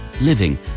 living